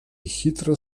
hitro